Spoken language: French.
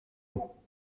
mots